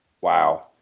Wow